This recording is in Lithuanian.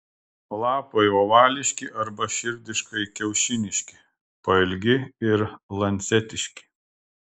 lapai ovališki arba širdiškai kiaušiniški pailgi ir lancetiški